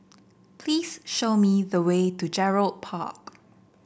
please show me the way to Gerald Park